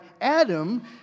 Adam